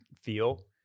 feel